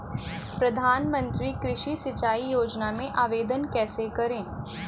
प्रधानमंत्री कृषि सिंचाई योजना में आवेदन कैसे करें?